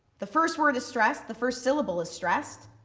the first word is stressed, the first syllable is stressed.